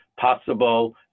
possible